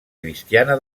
cristiana